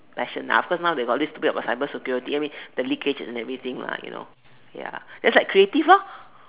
passion lah of course now they got this stupid about cyber security I mean the the leakage and everything lah you know just like creative lor